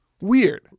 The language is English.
Weird